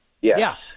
Yes